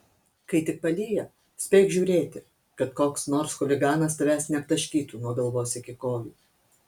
kai tik palyja spėk žiūrėti kad koks nors chuliganas tavęs neaptaškytų nuo galvos iki kojų